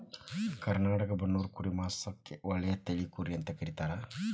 ಕರ್ನಾಟಕದ ಬನ್ನೂರು ಕುರಿ ಮಾಂಸಕ್ಕ ಒಳ್ಳೆ ತಳಿ ಕುರಿ ಅಂತ ಕರೇತಾರ